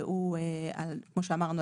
כמו שאמרנו,